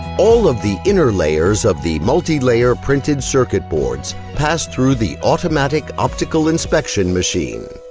all of the inner layers of the multilayer printed circuit boards pass through the automatic optical inspection machine.